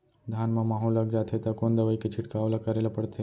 धान म माहो लग जाथे त कोन दवई के छिड़काव ल करे ल पड़थे?